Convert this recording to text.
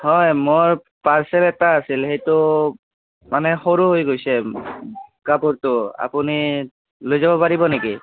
হয় মোৰ পাৰ্চেল এটা আছিল সেইটো মানে সৰু হৈ গৈছে কাপোৰটো আপুনি লৈ যাব পাৰিব নেকি